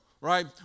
right